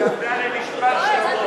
היא התכוונה למשפט שלמה.